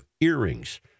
earrings